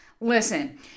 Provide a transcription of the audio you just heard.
Listen